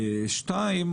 שתיים,